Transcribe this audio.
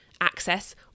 Access